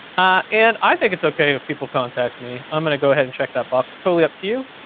and i think it's okay, if people contact me. i'm gonna go ahead and check that box totally up to you.